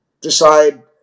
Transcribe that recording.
decide